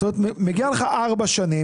זאת אומרת מגיע לך ארבע שנים,